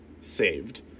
saved